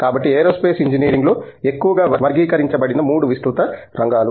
కాబట్టి aerospace engineering లో ఎక్కువగా వర్గీకరించబడిన 3 విస్తృత రంగాలు